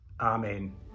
amen